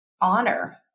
honor